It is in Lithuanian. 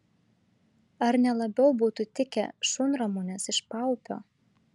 ar ne labiau būtų tikę šunramunės iš paupio